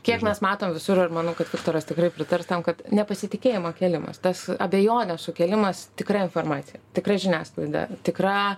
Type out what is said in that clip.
kiek mes matom visur ir manau kad viktoras tikrai pritars tam kad nepasitikėjimo kėlimas tas abejonės sukėlimas tikra informacija tikra žiniasklaida tikra